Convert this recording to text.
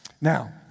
Now